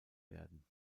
werden